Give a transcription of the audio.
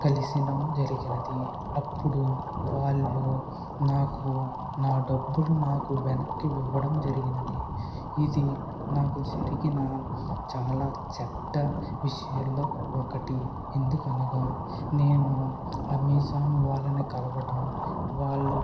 కలియడం జరిగింది అప్పుడు వాళ్ళు నాకు నా డబ్బులు నాకు వెనక్కి ఇవ్వడం జరిగింది ఇది నాకు జరిగిన చాలా చెడ్డ విషయాల్లో ఒకటి ఎందుకనగా నేను అమెజాన్ వాళ్ళని కలవటం వాళ్ళు